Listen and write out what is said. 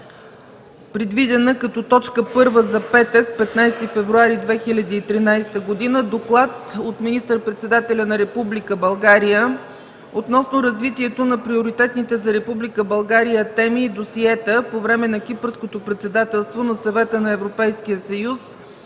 (Предвидена е като първа точка за 15 февруари 2013 г., петък): Доклад от министър-председателя на Република България относно развитието на приоритетните за Република България теми и досиета по време на Кипърското председателство на Съвета на Европейския съюз